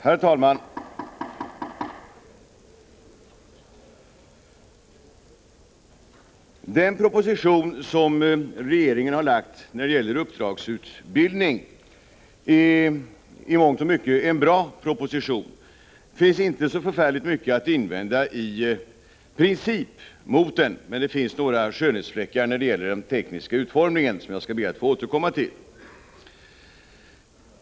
Herr talman! Den proposition som regeringen lagt fram om uppdragsutbildning är i mångt och mycket en bra proposition. Det finns i princip inte så förfärligt mycket att invända mot den, men det finns några skönhetsfläckar när det gäller den tekniska utformningen, som jag skall be att få återkomma till.